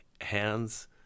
Hands